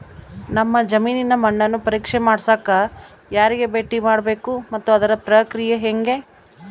ನಮ್ಮ ಜಮೇನಿನ ಮಣ್ಣನ್ನು ಪರೇಕ್ಷೆ ಮಾಡ್ಸಕ ಯಾರಿಗೆ ಭೇಟಿ ಮಾಡಬೇಕು ಮತ್ತು ಅದರ ಪ್ರಕ್ರಿಯೆ ಹೆಂಗೆ?